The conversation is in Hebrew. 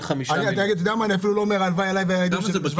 אני אפילו לא אומר הלוואי עליי ועל הילדים שלי.